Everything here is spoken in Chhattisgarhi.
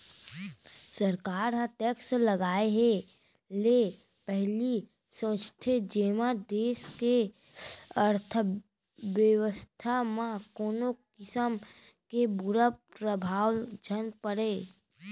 सरकार ह टेक्स लगाए ले पहिली सोचथे जेमा देस के अर्थबेवस्था म कोनो किसम के बुरा परभाव झन परय